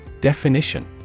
Definition